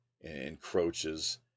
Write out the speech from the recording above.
encroaches